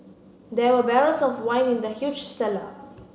there were barrels of wine in the huge cellar